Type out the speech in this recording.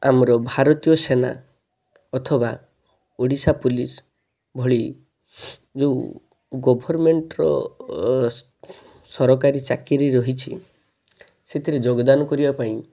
ଆମର ଭାରତୀୟ ସେନା ଅଥବା ଓଡ଼ିଶା ପୋଲିସ ଭଳି ଯେଉଁ ଗଭର୍ଣ୍ଣମେଣ୍ଟ ର ସରକାରୀ ଚାକିରୀ ରହିଛି ସେଥିରେ ଯୋଗ ଦାନ କରିବା ପାଇଁ